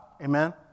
Amen